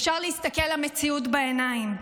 אפשר להסתכל למציאות בעיניים,